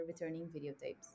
returningvideotapes